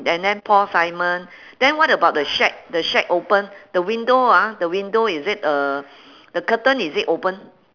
and then paul simon then what about the shack the shack open the window ah the window is it uh the curtain is it open